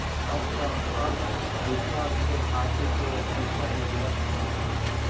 अब त खल बिखल के धातु के सिक्का मिलता